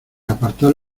apartar